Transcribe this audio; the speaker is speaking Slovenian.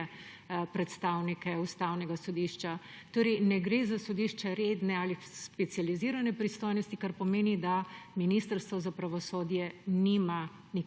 predstavnike Ustavnega sodišča. Torej ne gre za sodišča redne ali specializirane pristojnosti, kar pomeni, da Ministrstvo za pravosodje nima